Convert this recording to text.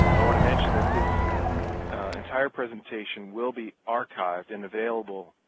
i want to mention that this entire presentation will be archived and available,